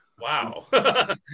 Wow